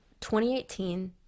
2018